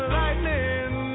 lightning